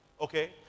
okay